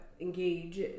engage